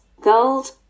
gold